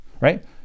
right